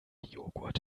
joghurt